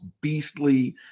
beastly